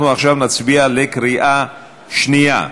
אנחנו עכשיו נצביע בקריאה שנייה.